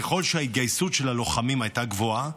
ככל שההתגייסות של הלוחמים הייתה גבוהה,